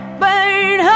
burn